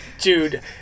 dude